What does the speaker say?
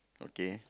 okay